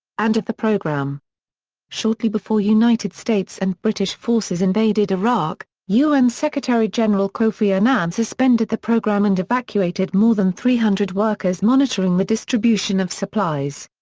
and of the programme shortly before united states and british forces invaded iraq, un secretary-general kofi annan suspended the programme and evacuated more than three hundred workers monitoring the distribution of supplies.